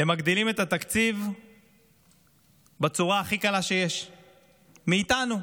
הם מגדילים את התקציב בצורה הכי קלה שיש, מאיתנו.